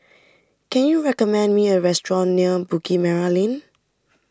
can you recommend me a restaurant near Bukit Merah Lane